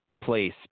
place